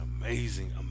amazing